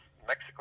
Mexico